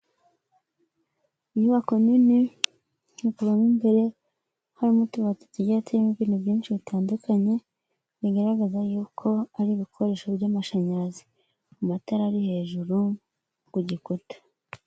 Inyubako nini itukura mo imbere, harimo utubati tugiye turimo ibintu byinshi bitandukanye, bigaragaza yuko ari ibikoresho by'amashanyarazi, amatara ari hejuru ku gikuta.